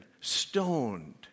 stoned